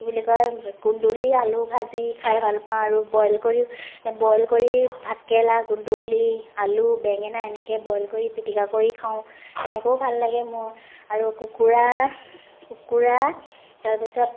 কি বুলি কয় কুন্দলি আলু ভাজি খাই ভালপাওঁ আৰু বইল কৰিও বইল কৰি ভাত কেৰেলা কুন্দলি আলু বেঙেনা এনেকে বইল কৰি পিটিকা কৰি খাওঁ তেনেকৈও ভাল লাগে মোৰ আৰু কুকুৰা কুকুৰা তাৰপিছত